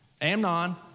Amnon